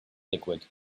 liquid